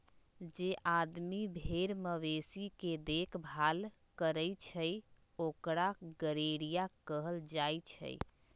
जे आदमी भेर मवेशी के देखभाल करई छई ओकरा गरेड़िया कहल जाई छई